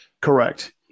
correct